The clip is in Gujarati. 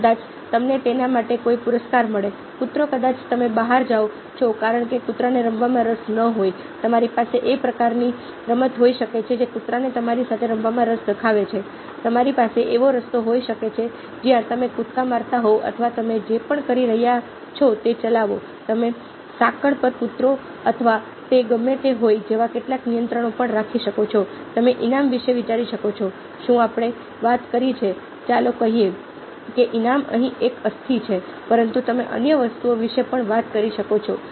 કદાચ તમને તેના માટે કોઈ પુરસ્કાર મળે કૂતરો કદાચ તમે બહાર જાઓ છો કારણ કે કૂતરાને રમવામાં રસ ન હોય તમારી પાસે એક પ્રકારની રમત હોઈ શકે છે જે કૂતરાને તમારી સાથે રમવામાં રસ દાખવે છે તમારી પાસે એવો રસ્તો હોઈ શકે છે જ્યાં તમે કૂદકા મારતા હોવ અથવા તમે જે પણ કરી રહ્યા છો તે ચલાવો તમે સાંકળ પર કૂતરો અથવા તે ગમે તે હોય જેવા કેટલાક નિયંત્રણો પણ રાખી શકો છો તમે ઈનામ વિશે વિચારી શકો છો શું આપણે વાત કરી છે ચાલો કહીએ કે ઈનામ અહીં એક અસ્થિ છે પરંતુ તમે અન્ય વસ્તુઓ વિશે પણ વાત કરી શકો છો